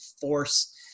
force